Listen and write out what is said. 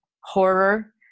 horror